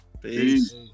peace